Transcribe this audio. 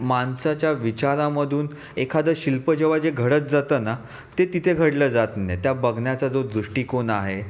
माणसाच्या विचारामधून एखादं शिल्प जेव्हा जे घडत जातं ना ते तिथे घडलं जात नाही त्या बघण्याचा जो दृष्टिकोन आहे